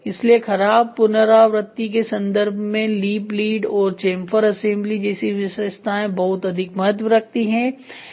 इसलिए खराब पुनरावृत्ति के संदर्भ में लिप लीड और चैंफर असेंबली जैसी विशेषताएं बहुत अधिक महत्त्व रखती है